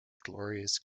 glorious